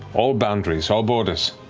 all boundaries, all borders.